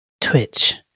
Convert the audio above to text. Twitch